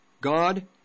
God